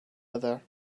other